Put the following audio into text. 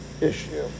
issue